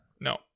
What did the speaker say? no